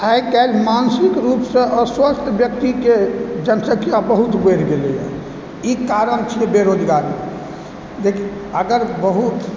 आइ काल्हि मानसिक रूपसँ अस्वस्थ व्यक्तिके जनसंख्या बहुत बढ़ि गेलयए ई कारण छै बेरोजगारी अगर बहुत